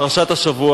פרשת השבוע